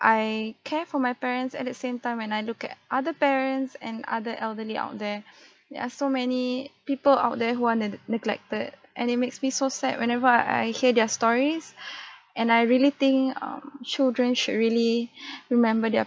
I care for my parents at the same time when I look at other parents and other elderly out there there are so many people out there who are ne~ neglected and it makes me so sad whenever I hear their stories and I really think um children should really remember their